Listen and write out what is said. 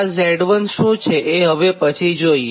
આ Z1 શું છે એ પછી જોઇએ